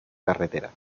carretera